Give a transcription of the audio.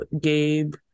gabe